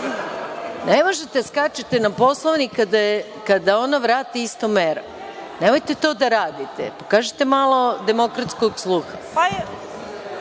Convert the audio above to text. Ne možete da skačete na Poslovnik kada ona vrati istom merom. Nemojte to da radite, pokažite malo demokratskog sluha. Skačite